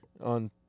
on